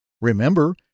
Remember